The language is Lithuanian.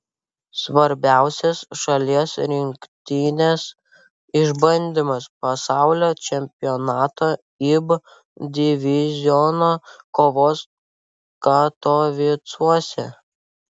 svarbiausias šalies rinktinės išbandymas pasaulio čempionato ib diviziono kovos katovicuose